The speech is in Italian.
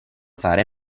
fare